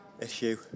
issue